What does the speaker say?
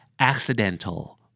Accidental